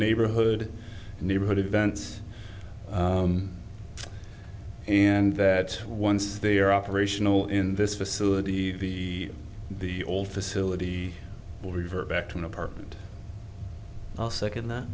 neighborhood and neighborhood events and that once they are operational in this facility the the old facility will revert back to an apartment i'll second that